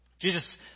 Jesus